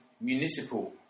municipal